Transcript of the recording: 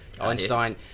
einstein